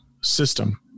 system